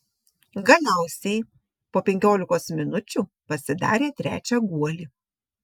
galiausiai po penkiolikos minučių pasidarė trečią guolį